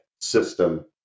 system